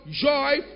joy